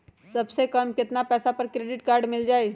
सबसे कम कतना पैसा पर क्रेडिट काड मिल जाई?